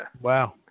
Wow